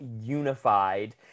unified